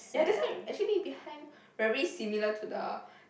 ya that's why actually behind very similar to the